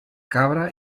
cabra